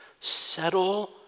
Settle